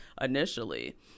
initially